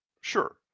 sure